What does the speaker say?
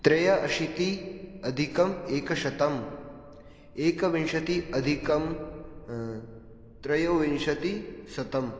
त्रय अशीति अधिकम् एकशतम् एकविंशति अधिकं त्रयोविंशतिशतम्